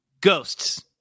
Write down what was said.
Ghosts